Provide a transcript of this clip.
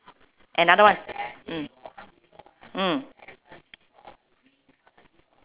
another one mm mm